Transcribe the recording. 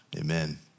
amen